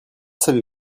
savez